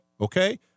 okay